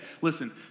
listen